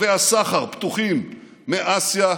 קווי הסחר פתוחים מאסיה,